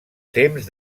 temps